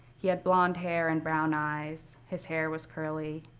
he had blond hair and brown eyes. his hair was curly.